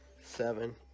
seven